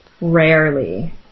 Rarely